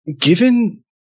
given